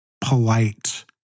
polite